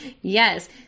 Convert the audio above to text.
Yes